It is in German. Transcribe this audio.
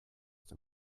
dem